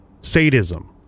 sadism